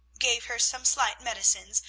gave her some slight medicines,